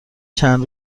چند